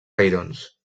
cairons